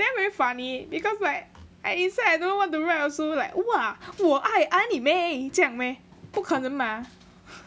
then very funny because like I inside I don't know what to write also like !wah! 我爱 anime 这样 meh 不可能 mah